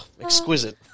exquisite